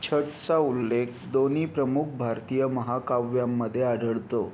छटचा उल्लेख दोन्ही प्रमुख भारतीय महाकाव्यामध्ये आढळतो